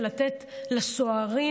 לתת לסוהרים,